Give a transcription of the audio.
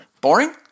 boring